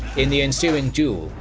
in the ensuing duel,